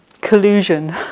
collusion